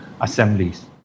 assemblies